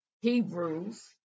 Hebrews